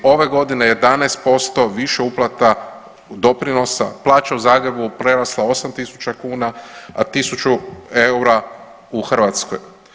Ove godine 11% više uplata, doprinosa, plaća u Zagrebu je prerasla 8000 kuna, a 1000 eura u Hrvatskoj.